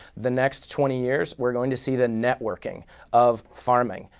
the next twenty years we're going to see the networking of farming.